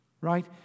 Right